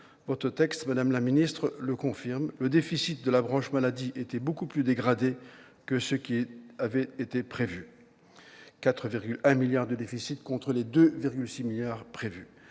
Votre texte, madame la ministre, le confirme. Le déficit de la branche maladie était beaucoup plus dégradé que ce qui avait été prévu : il est de 4,1 milliards d'euros au lieu des 2,6 milliards d'euros